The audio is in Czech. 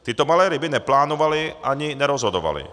Tyto malé ryby neplánovaly ani nerozhodovaly.